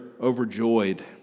overjoyed